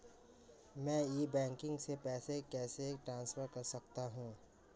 मैं e banking से पैसे कैसे ट्रांसफर कर सकता हूं?